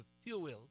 fuel